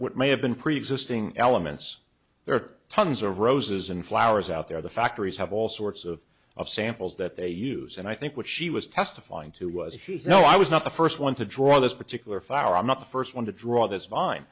what may have been previous thing elements there are tons of roses and flowers out there the factories have all sorts of of samples that they use and i think what she was testifying to was no i was not the first one to draw this particular fire i'm not the first one to draw this fine